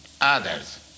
others